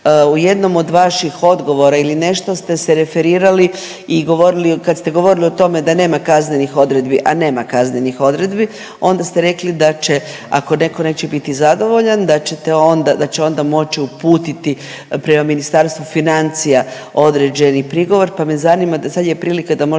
U jednom od vašim odgovora ili nešto ste se referirali i govorili kad ste govorili o tome da nema kaznenih odredbi, a nema kaznenih odredbi onda ste rekli da će ako neko neće biti zadovoljan da ćete onda, da će onda moći uputiti prema Ministarstvu financija određeni prigovor, pa me zanima sad je prilika da možda